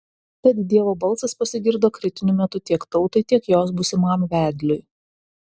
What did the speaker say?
tad dievo balsas pasigirdo kritiniu metu tiek tautai tiek jos būsimam vedliui